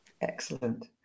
excellent